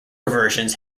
versions